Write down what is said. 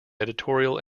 editorial